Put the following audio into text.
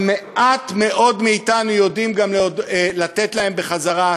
אבל מעט מאוד מאתנו יודעים גם לתת להם בחזרה,